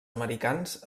americans